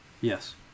Yes